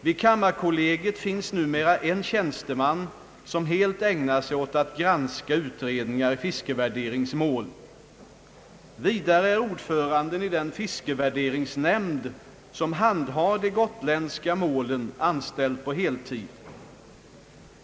Vid kammarkollegiet finns numera en tjänsteman som helt ägnar sig åt att granska utredningar i fiskevärderingsmål. Vidare är ordföranden i den fiskevärderingsnämnd som handhar de gotländska målen anställd på heltid.